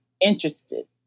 interested